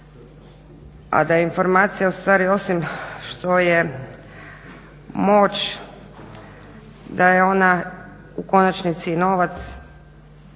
a da je informacija ustvari osim što je moć, da je ona u konačnici i novaca